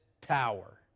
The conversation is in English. tower